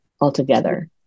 altogether